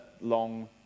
long